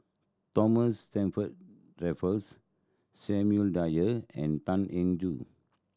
Thomas Stamford Raffles Samuel Dyer and Tan Eng Joo